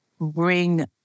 bring